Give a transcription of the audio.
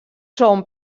són